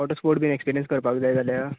water sport बी experience करपाक जाय जाल्यार